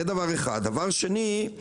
הדבר השני הוא